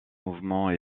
mouvements